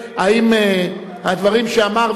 האם הדברים שאמר,